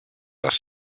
les